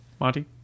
Monty